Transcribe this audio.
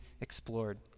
explored